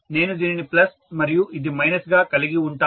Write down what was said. నేను దీనిని ప్లస్ మరియు ఇది మైనస్ గా కలిగి వుంటాను